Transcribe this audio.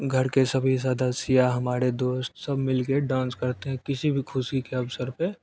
घर के सभी सदस्य या हमारे दोस्त सब मिल के डांस करते हैं किसी भी खुशी के अवसर पर